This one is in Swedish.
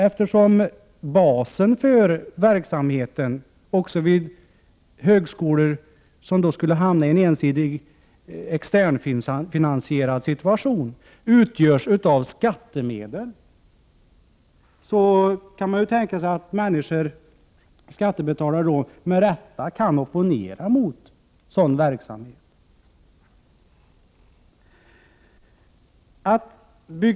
Eftersom basen för 33 verksamheten — också vid högskolor som skulle hamna i en ensidig externfinansierad situation — utgörs av skattemedel, kan skattebetalare med rätta opponera sig mot sådan verksamhet.